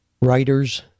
writers